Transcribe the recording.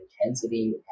intensity